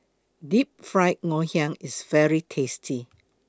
Deep Fried Ngoh Hiang IS very tasty